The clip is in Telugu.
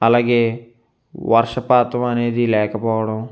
అలాగే వర్షపాతం అనేది లేకపోవడం